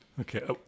Okay